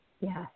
Yes